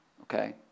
okay